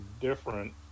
different